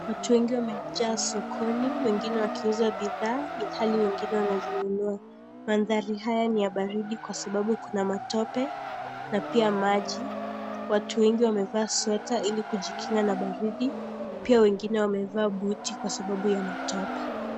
Watu wengi wam ekuja sokoni wengine wakiuza bidhaa ilhali wengine wanazinunua. Mandhari haya ni ya baridi kwa sababu kuna matope na pia maji. Watu wengi wamevaa sweta ili kujikinga na baridi. Pia wengine wameva buti kwa sababu ya matope.